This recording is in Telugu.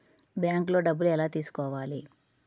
బ్యాంక్లో డబ్బులు ఎలా తీసుకోవాలి?